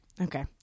okay